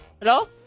Hello